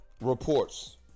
reports